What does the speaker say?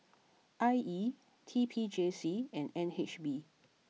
I E T P J C and N H B